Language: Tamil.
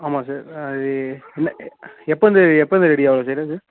ஆமாம் சார் அது இல்லை எப்போ வந்து எப்போ வந்து ரெடி ஆவும் சார் அது